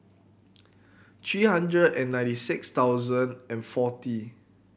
three hundred and ninety six thousand and forty